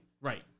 Right